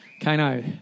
Kano